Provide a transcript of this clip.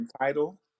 title